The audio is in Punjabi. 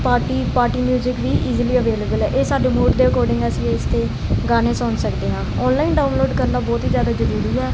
ਪਾਰਟੀ ਪਾਰਟੀ ਮਿਊਜਿਕ ਵੀ ਇਜਲੀ ਅਵੇਲੇਬਲ ਹੈ ਇਹ ਸਾਡੇ ਮੂਡ ਦੇ ਅਕੋਰਡਿੰਗ ਹੈ ਇਸ ਲਈ ਇਸ ਤੇ ਗਾਣੇ ਸੁਣ ਸਕਦੇ ਹਾਂ ਔਨਲਾਈਨ ਡਾਊਨਲੋਡ ਕਰਨ ਦਾ ਬਹੁਤ ਹੀ ਜਿਆਦਾ ਜਰੂਰੀ ਆ